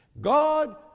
God